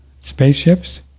spaceships